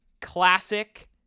classic